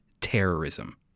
terrorism